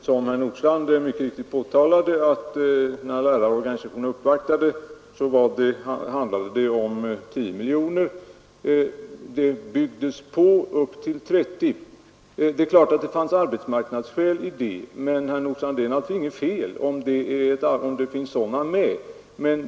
Som herr Nordstrandh mycket riktigt påtalade handlade det, när lärarorganisationerna uppvaktade, om 10 miljoner kronor. Det byggdes på upp till 30 miljoner kronor. Det är klart att det låg arbetsmarknadsskäl bakom det, men det är, herr Nordstrandh, inget fel om sådana finns med i bilden.